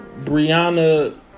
Brianna